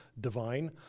divine